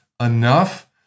enough